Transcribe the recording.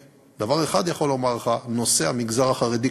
דבר אחד אני יכול לומר לך: נושא המגזר החרדי,